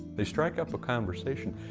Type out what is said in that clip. they strike up a conversation,